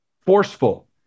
forceful